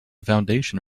foundation